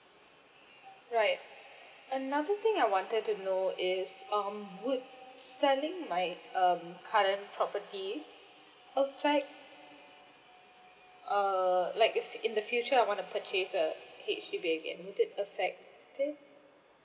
right another thing I wanted to know is um would selling my um current property affect err like if in the future I want to purchase a H_D_B again does it affect it